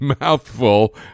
mouthful